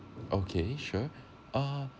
okay sure uh